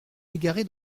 égaré